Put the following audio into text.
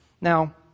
Now